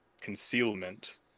concealment